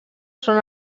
són